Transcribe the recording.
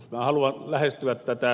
minä haluan lähestyä tätä